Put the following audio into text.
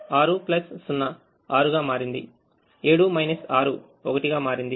ui vj 60 6 గా మారింది 7 6 is 1 గా మారింది